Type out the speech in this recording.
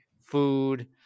food